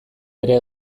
bere